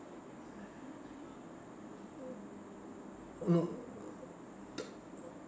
no